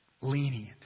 lenient